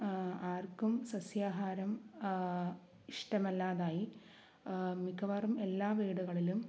ആർക്കും സസ്യാഹാരം ഇഷ്ടമല്ലാതായി മിക്കവാറും എല്ലാ വീടുകളിലും